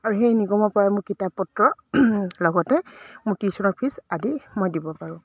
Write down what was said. আৰু সেই ইনকমৰ পৰাই মোৰ কিতাপ পত্ৰ লগতে মোৰ টিউশ্যনৰ ফিজ আদি মই দিব পাৰোঁ